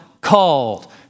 called